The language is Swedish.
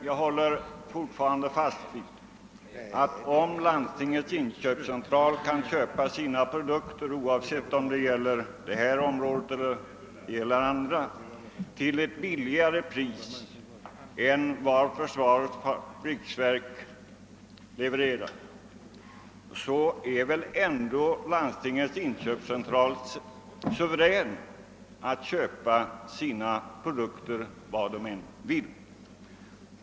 Jag håller fortfarande fast vid att om Landstingens inköpscentral kan köpa sina produkter, oavsett om det gäller detta område eller andra områden, till ett billigare pris än det för vilket försvarets fabriksverk levererar produkterna, så är väl ändå Landstingens inköpscentral suverän att köpa sina produkter var den vill.